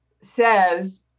says